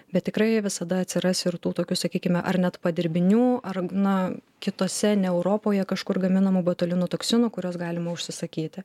bet tikrai visada atsiras ir tų tokių sakykime ar net padirbinių ar na kitose ne europoje kažkur gaminamų botulino toksinų kuriuos galima užsisakyti